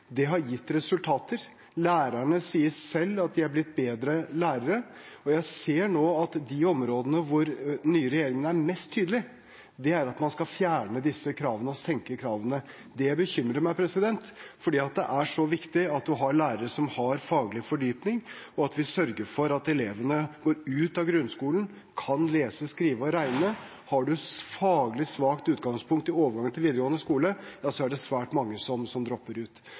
Det har gitt resultater. Lærerne sier selv at de er blitt bedre lærere. Jeg ser nå at de områdene hvor den nye regjeringen er mest tydelig, er der man skal fjerne disse kravene og senke kravene. Det bekymrer meg fordi det er så viktig at man har lærere som har faglig fordypning, og at vi sørger for at elevene som går ut av grunnskolen, kan lese, skrive og regne. Har man et faglig svakt utgangspunkt i overgangen til videregående skole, er det svært mange som dropper ut.